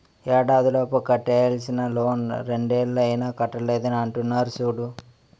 ఏడాదిలోపు కట్టేయాల్సిన లోన్ రెండేళ్ళు అయినా కట్టలేదని అంటున్నారు చూడు